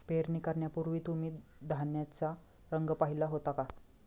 पेरणी करण्यापूर्वी तुम्ही धान्याचा रंग पाहीला होता का?